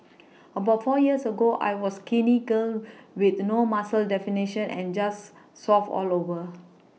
about four years ago I was skinny girl with no muscle definition and just soft all over